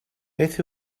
beth